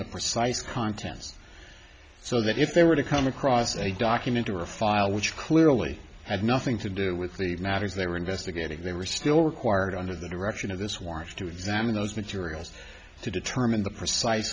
the precise contents so that if they were to come across a document or a file which clearly had nothing to do with the matters they were investigating they were still required under the direction of this warrant to examine those materials to determine the pre